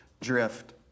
drift